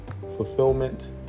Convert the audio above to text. fulfillment